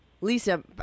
Lisa